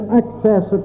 access